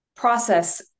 Process